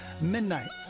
midnight